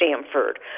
Stanford